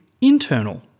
internal